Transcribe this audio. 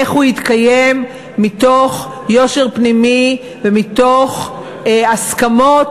איך הוא יתקיים מתוך יושר פנימי ומתוך הסכמות